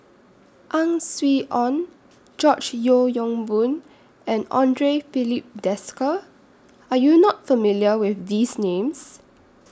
Ang Swee Aun George Yeo Yong Boon and Andre Filipe Desker Are YOU not familiar with These Names